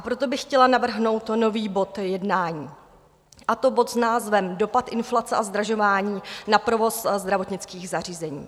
Proto bych chtěla navrhnout nový bod jednání, a to bod s názvem Dopad inflace a zdražování na provoz zdravotnických zařízení.